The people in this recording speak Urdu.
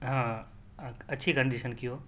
ہاں ہاں اچھی کنڈیشن کی ہو